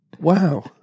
Wow